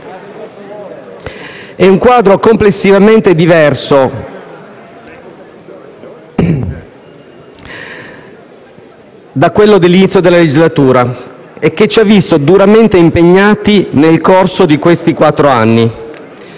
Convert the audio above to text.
Il quadro è complessivamente diverso da quello dell'inizio della legislatura e ci ha visto duramente impegnati nel corso di questi anni.